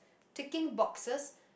ticking boxes